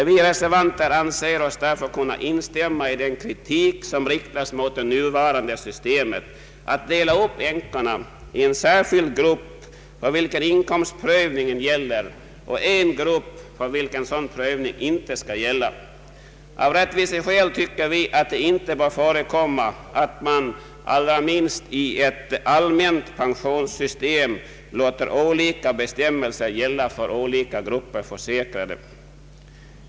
Vi reservanter anser oss därför kunna instämma i den kritik som riktas mot det nuvarande systemet att dela upp änkorna i en särskild grupp för vilken inkomstprövning gäller och en grupp för vilken sådan prövning inte skall gälla. Av rättviseskäl tycker vi att det inte bör förekomma att man, allra minst i ett allmänt pensionssystem, låter olika bestämmelser gälla för olika grupper försäkrade.